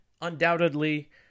undoubtedly